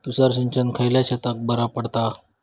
तुषार सिंचन खयल्या शेतीक बरा पडता?